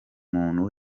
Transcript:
muntu